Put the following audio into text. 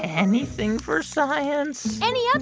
anything for science any um